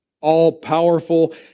all-powerful